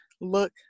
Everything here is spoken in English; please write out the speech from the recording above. look